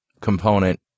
component